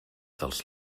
dels